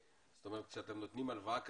כשאתם נותנים הלוואה כזו,